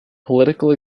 political